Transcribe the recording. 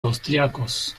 austriacos